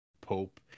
pope